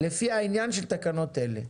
לפי העניין של תקנות אלה,